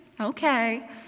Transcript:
Okay